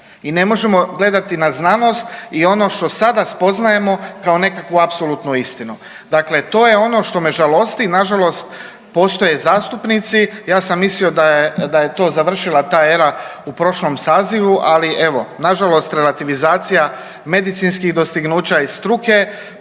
i ne možemo gledati na znanost i ono što sada spoznajemo kao nekakvu apsolutnu istinu, dakle to je ono što me žalosti. Nažalost, postoje zastupnici, ja sam mislio da je, da je to završila ta era u prošlom sazivu, ali evo nažalost relativizacija medicinskih dostignuća i struke